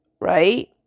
right